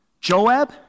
Joab